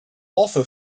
also